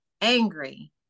angry